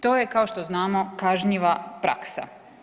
To je kao što je znamo, kažnjiva praksa.